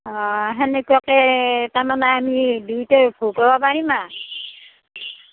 অ সেনেকুৱাকে তাৰমানে আমি দুয়োটাই